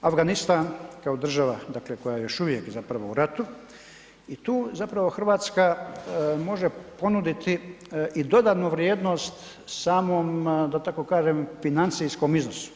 Afganistan kao država dakle koja je još uvijek zapravo u ratu i tu zapravo Hrvatska može ponuditi i dodanu vrijednost samom da tako kažem financijskom iznosu.